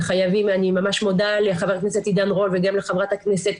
אני ממש מודה לחבר הכנסת עידן רול וגם לחברת הכנסת